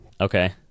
Okay